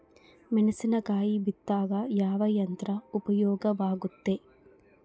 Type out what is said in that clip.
ಮೆಣಸಿನಕಾಯಿ ಬಿತ್ತಾಕ ಯಾವ ಯಂತ್ರ ಉಪಯೋಗವಾಗುತ್ತೆ?